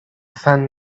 sun